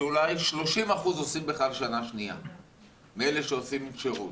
שאולי 30% מאלה שעושים שירות,